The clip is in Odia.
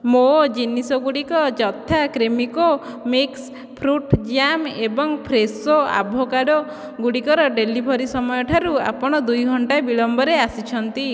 ମୋ' ଜିନିଷଗୁଡ଼ିକ ଯଥା କ୍ରେମିକା ମିକ୍ସ୍ ଫ୍ରୁଟ୍ ଜାମ୍ ଏବଂ ଫ୍ରେଶୋ ଆଭୋକାଡୋ ଗୁଡ଼ିକର ଡେଲିଭରି ସମୟଠାରୁ ଆପଣ ଦୁଇ ଘଣ୍ଟା ବିଳମ୍ବରେ ଆସିଛନ୍ତି